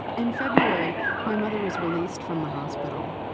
in february my mother was released from the hospital.